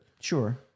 Sure